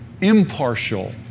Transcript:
impartial